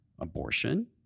abortion